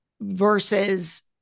versus